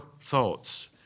thoughts